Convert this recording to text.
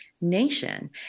nation